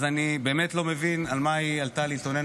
אז אני באמת לא מבין למה היא עלתה להתלונן